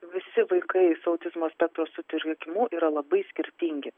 visi vaikai su autizmo spektro sutrikimu yra labai skirtingi